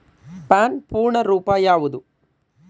PAN ಪೂರ್ಣ ರೂಪ ಯಾವುದು?